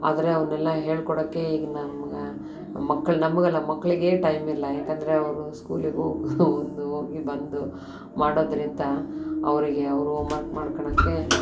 ಆದರೆ ಅವನ್ನೆಲ್ಲ ಹೇಳ್ಕೊಡೋಕ್ಕೆ ಈಗ ನಮ್ಗೆ ಮಕ್ಳು ನಮಗಲ್ಲ ಮಕ್ಕಳಿಗೇ ಟೈಮಿಲ್ಲ ಏಕಂದ್ರೆ ಅವರು ಸ್ಕೂಲಿಗೆ ಹೋಗ್ ಬಂದು ಹೋಗಿ ಬಂದು ಮಾಡೋದ್ರಿಂದ ಅವರಿಗೆ ಅವ್ರ ಹೋಮರ್ಕ್ ಮಾಡ್ಕೊಳಕ್ಕೇ